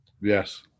yes